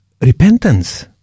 repentance